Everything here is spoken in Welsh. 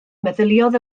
meddyliodd